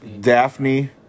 Daphne